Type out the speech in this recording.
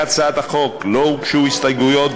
להצעת החוק לא הוגשו הסתייגויות,